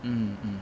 mm mm